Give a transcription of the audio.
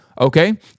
Okay